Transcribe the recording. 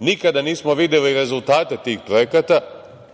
Nikada nismo videli rezultate tih projekata.